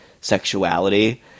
sexuality